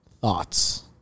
Thoughts